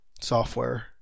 software